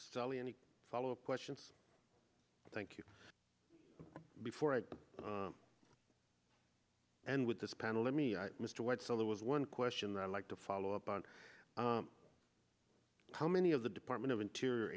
sally any follow up questions thank you before i end with this panel let me mr what so that was one question that i like to follow up on how many of the department of interior